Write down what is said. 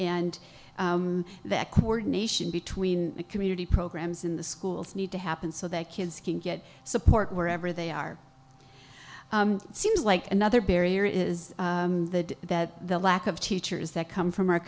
and the coordination between the community programs in the schools need to happen so that kids can get support wherever they are seems like another barrier is that the lack of teachers that come from our